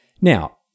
Now